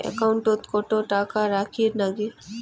একাউন্টত কত টাকা রাখীর নাগে?